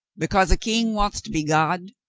because a king wants to be god,